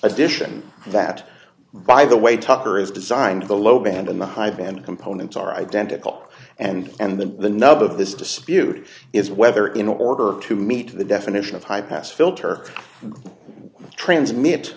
addition that by the way tucker is designed the low band and the high band components are identical and the the nub of this dispute is whether in order to meet the definition of high pass filter transmit